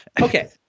Okay